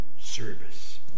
service